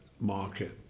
market